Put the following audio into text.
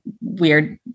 weird